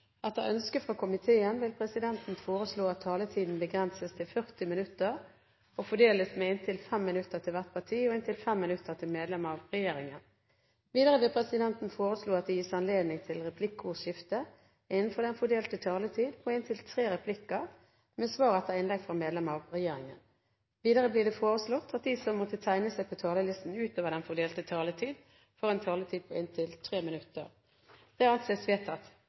inntil 5 minutter til hvert parti og inntil 5 minutter til medlem av regjeringen. Videre vil presidenten foreslå at det gis anledning til replikkordskifte på inntil tre replikker med svar etter innlegg fra medlem av regjeringen innenfor den fordelte taletid. Videre blir det foreslått at de som måtte tegne seg på talerlisten utover den fordelte taletid, får en taletid på inntil 3 minutter. – Det anses vedtatt.